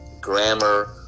grammar